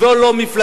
זו לא מפלגתי,